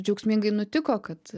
džiaugsmingai nutiko kad